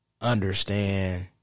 understand